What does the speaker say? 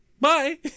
bye